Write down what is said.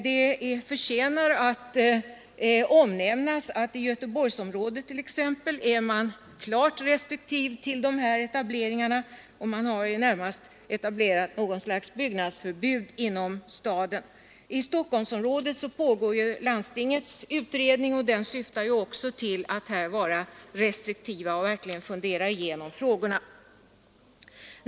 Det förtjänar att omnämnas att man t.ex. i Göteborgsområdet är klart restriktiv till dessa etableringar. Man har i det närmaste infört något slags byggnadsförbud inom staden. I Stockholmsområdet pågår landstingets utredning, som syftar till att man skall vara restriktiv och verkligen fundera igenom frågorna.